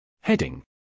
Heading